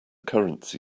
currency